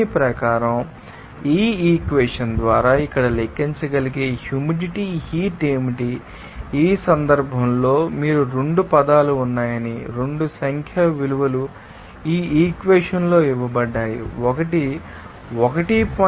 దీని ప్రకారం ఈ ఈక్వెషన్ ద్వారా ఇక్కడ లెక్కించగలిగే హ్యూమిడిటీ హీట్ ఏమిటి ఈ సందర్భంలో మీరు 2 పదాలు ఉన్నాయని 2 సంఖ్యా విలువలు ఈ ఈక్వెషన్లో ఇవ్వబడ్డాయి ఒకటి 1